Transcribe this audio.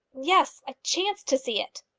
yes i chanced to see it.